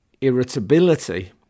irritability